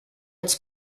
its